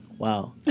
Wow